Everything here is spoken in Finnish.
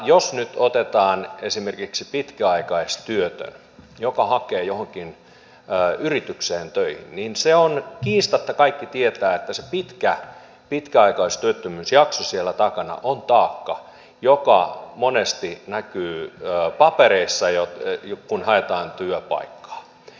jos nyt otetaan esimerkiksi pitkäaikaistyötön joka hakee johonkin yritykseen töihin niin se on kiistatta niin kaikki tietävät että se pitkä pitkäaikaistyöttömyysjakso siellä takana on taakka joka monesti näkyy papereissa kun haetaan työpaikkaa